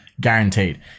Guaranteed